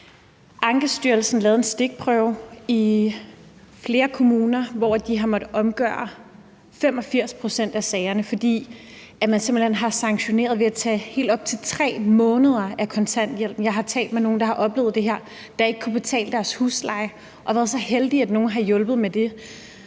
Ankestyrelsen lavede en stikprøve i flere kommuner, hvor de har måttet omgøre 85 pct. af sagerne, fordi man simpelt hen har sanktioneret ved at tage helt op til 3 måneder af kontanthjælpen. Jeg har talt med nogle, der har oplevet det her, og som ikke kunne betale deres husleje og har været så heldige, at nogen har hjulpet med det,